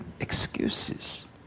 excuses